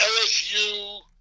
LSU